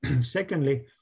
secondly